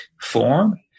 form